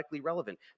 relevant